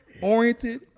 oriented